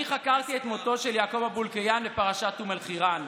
אני חקרתי את מותו של יעקב אבו אלקיעאן בפרשת אום אל-חיראן.